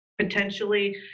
potentially